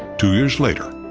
two years later,